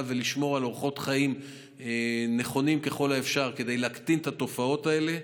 ולשמור על אורחות חיים נכונים ככל האפשר כדי להקטין את התופעות האלה,